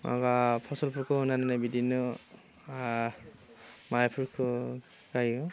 माबा फसलफोरखौ होनानै बिदिनो मायफोरखौ गायो